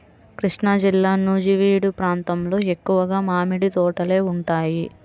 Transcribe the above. కృష్ణాజిల్లా నూజివీడు ప్రాంతంలో ఎక్కువగా మామిడి తోటలే ఉంటాయి